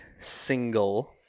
single